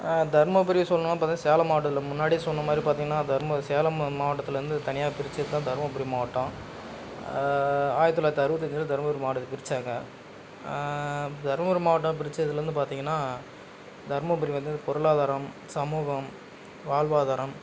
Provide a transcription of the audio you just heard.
தருமபுரியை சொல்லணுன்னா பார்த்தீங்கன்னா சேலம் மாவட்டத்தில் முன்னாடியே சொன்ன மாதிரி பார்த்தீங்கன்னா தரும சேலம் ம மாவட்டத்தில் வந்து தனியாக பிரிச்சது தான் தருமபுரி மாவட்டம் ஆயிரத்து தொள்ளாயிரத்தி அறுபத்தி அஞ்சில் தருமபுரி மாவட்டத்தை பிரிச்சாங்க தருமபுரி மாவட்டமாக பிரிச்சதில் வந்து பார்த்தீங்கன்னா தருமபுரி வந்து பொருளாதாரம் சமூகம் வாழ்வாதாரம்